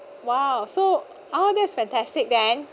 !wow! so oh that's fantastic then